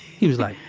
he was like,